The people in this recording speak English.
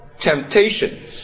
temptation